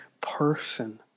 person